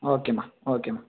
ஓகேம்மா ஓகேம்மா